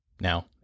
Now